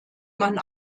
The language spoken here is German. man